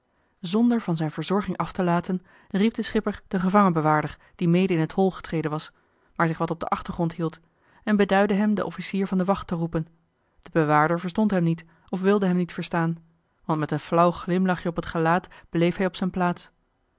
zonder van zijn verzorging af te laten riep de schipper den gevangenbewaarder die mede in het hol getreden was maar zich wat op den achtergrond hield en beduidde hem den officier van de wacht te roepen de bewaarder verstond hem niet of wilde hem niet verstaan want met een flauw glimlachje op het gelaat bleef hij op zijn plaats